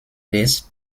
lès